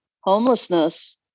homelessness